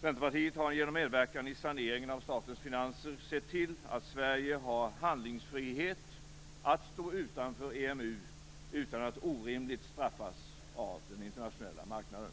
Centerpartiet har genom medverkan i saneringen av statens finanser sett till att Sverige har handlingsfrihet att stå utanför EMU utan att straffas orimligt av den internationella marknaden.